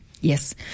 Yes